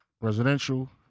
residential